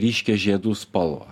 ryškią žiedų spalvą